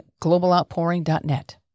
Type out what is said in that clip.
globaloutpouring.net